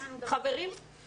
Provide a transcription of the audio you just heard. חברים,